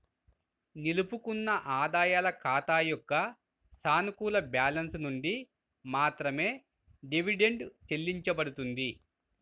నిలుపుకున్న ఆదాయాల ఖాతా యొక్క సానుకూల బ్యాలెన్స్ నుండి మాత్రమే డివిడెండ్ చెల్లించబడుతుంది